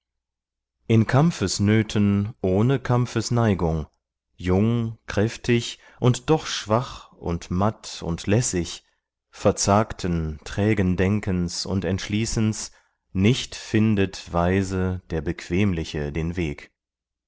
in kampfesnöten ohne kampfesneigung jung kräftig und doch schwach und matt und lässig verzagten trägen denkens und entschließens nicht findet weise der bequemliche den weg